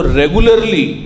regularly